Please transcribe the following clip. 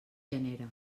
genera